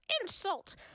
insult